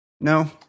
No